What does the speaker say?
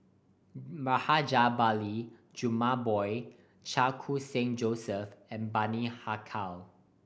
Rajabali Jumabhoy Chan Khun Sing Joseph and Bani Haykal